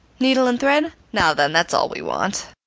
needle and thread? now then, that's all we want.